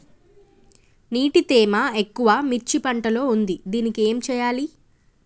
నీటి తేమ ఎక్కువ మిర్చి పంట లో ఉంది దీనికి ఏం చేయాలి?